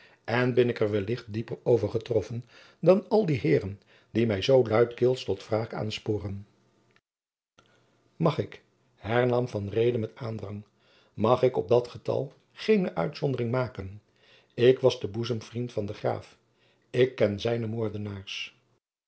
en ben ik er wellicht dieper over getroffen dan al die heeren die mij zoo luidkeels tot wraak aanspoorden mag ik hernam van reede met aandrang mag ik op dat getal geene uitzondering maken ik was de boezemvriend van den graaf ik ken zijne moordenaars